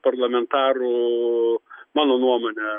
parlamentarų mano nuomone